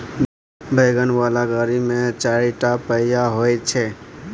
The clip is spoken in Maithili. वैगन बला गाड़ी मे चारिटा पहिया होइ छै